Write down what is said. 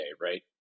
right